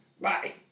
Bye